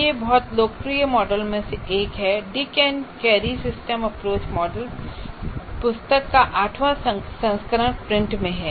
यह बहुत लोकप्रिय मॉडलों में से एक है और Dick and Carey systems approach model पुस्तक का आठवां संस्करण प्रिंट में है